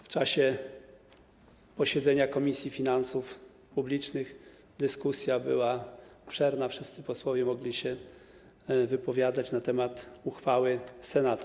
W czasie posiedzenia Komisji Finansów Publicznych dyskusja była obszerna, wszyscy posłowie mogli się wypowiadać na temat uchwały Senatu.